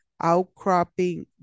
outcropping